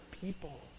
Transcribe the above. people